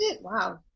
wow